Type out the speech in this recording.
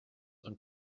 und